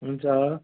हुन्छ